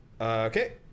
Okay